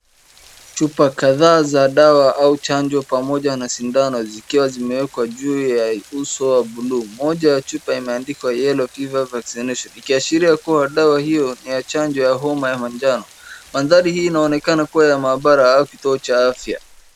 Chupa kadhaa za dawa au chanjo pamoja na sindano zikiwa zimeekwa juu ya uso wa bluu. Moja ya chupa imeandikwa YELLOW FEVER vaccination , ikiashiria kuwa dawa hiyo ni ya chanjo ya homa ya manjano. Mandhari hii inaonekana kuwa ya maabara au kituo cha afya.